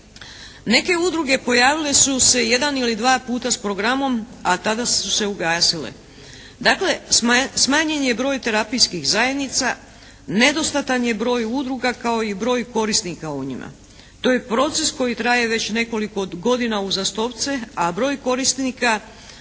Neke udruge pojavile su se jedan ili dva puta s programom, a tada su se ugasile. Dakle smanjen je broj terapijskih zajednica. Nedostatan je broj udruga kao i broj korisnika o njima. To je proces koji traje već nekoliko godina uzastopce, a broj korisnika